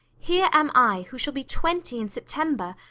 here am i, who shall be twenty in september,